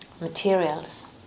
materials